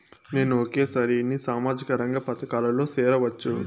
నేను ఒకేసారి ఎన్ని సామాజిక రంగ పథకాలలో సేరవచ్చు?